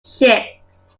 ships